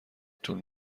طول